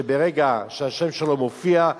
שברגע שהשם שלו מופיע,